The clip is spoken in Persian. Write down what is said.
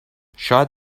شاید